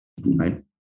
Right